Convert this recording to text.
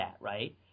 right